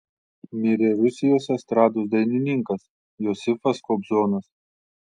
mirė rusijos estrados dainininkas josifas kobzonas